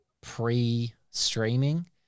pre-streaming